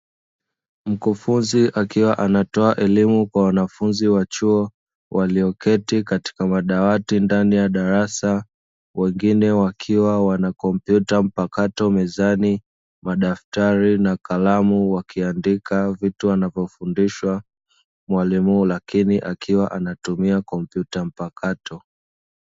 Mkufunzi akiwa anatoa elimu kwa wanafunzi wa chuo walioketi katika madawati, ndani ya darasa. Wengine wakiwa wana kompyuta mpakato mezani, madaftari na kalamu wakiandika vitu wanavofundishwa. Mwalimu wao lakini akiwa anatumia kompyuta mpakato.